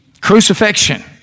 Crucifixion